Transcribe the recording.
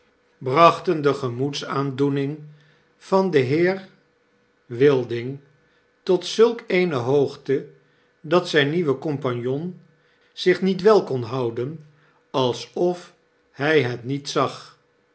brachten de gemoedsaandoening van den heer wilding tot zulk eene hoogte dat zijn nieuwe compagnon zich niet wel kon houden alsof hij het niet zag